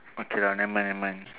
okay lah never mind never mind